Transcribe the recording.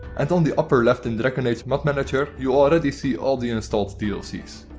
and on the upper left in dragon age mod manager you already see all the installed dlc's.